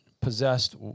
possessed